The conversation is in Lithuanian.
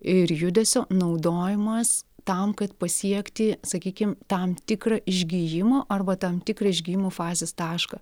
ir judesio naudojimas tam kad pasiekti sakykim tam tikrą išgijimo arba tam tikrą išgijimo fazės tašką